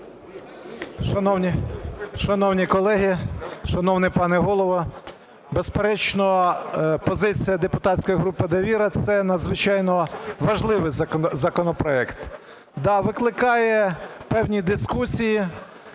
Шановні колеги! Шановний пане Голово! Безперечно, позиція депутатської групи "Довіра": це надзвичайно важливий законопроект. Да, викликає певні дискусії.